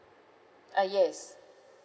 uh yes